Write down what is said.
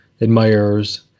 admirers